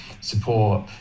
support